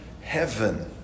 heaven